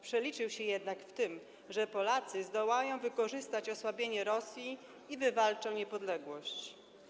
Przeliczył się jednak w tym, że Polacy zdołają wykorzystać osłabienie Rosji i wywalczą niepodległość.